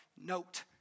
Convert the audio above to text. Note